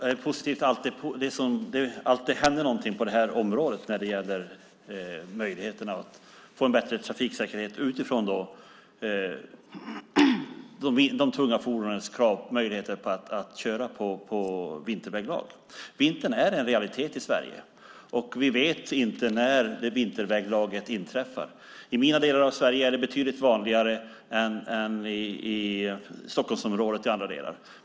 Fru talman! Än en gång: Det är positivt att det händer någonting på området när det gäller möjligheten att få en bättre trafiksäkerhet utifrån de tunga fordonens krav på möjligheter att köra på vinterväglag. Vintern är en realitet i Sverige. Vi vet inte när vinterväglaget kommer. I mina delar av Sverige är det betydligt vanligare än i Stockholmsområdet och andra delar.